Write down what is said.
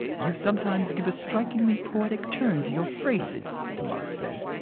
you sometimes give a strikingly poetic turn to your phrases, demotte said,